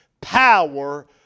power